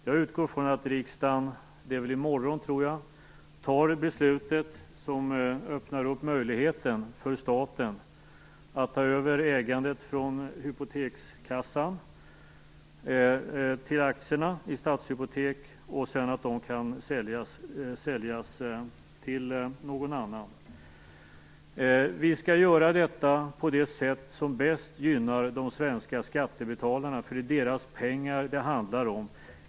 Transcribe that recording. Jag utgår från att riksdagen - i morgon, tror jag - fattar beslutet som öppnar möjligheten för staten att ta över ägandet av aktierna i Statshypotek från hypotekskassan och sedan kunna sälja dem till någon annan. Detta skall göras på det sätt som bäst gynnar de svenska skattebetalarna. Det är nämligen deras pengar det handlar om.